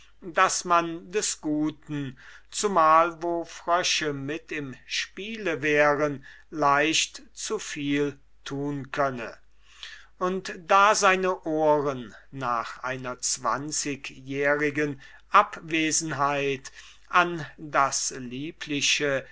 daß man des guten zumal wo frösche mit im spiele wären leicht zu viel tun könne und da seine ohren nach einer zwanzigjährigen abwesenheit an das liebliche